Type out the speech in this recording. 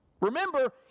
Remember